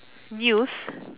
news